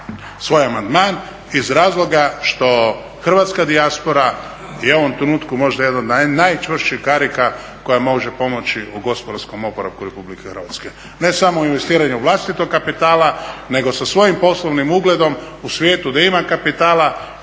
svoj amandman iz razloga što hrvatska dijaspora i u ovom trenutku možda jedan od najčvršćih karika koja može pomoći u gospodarskom oporavku Republike Hrvatske, ne samo u investiranju vlastitog kapitala, nego sa svojim poslovnim ugledom u svijetu gdje ima kapitala,